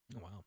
Wow